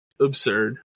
Absurd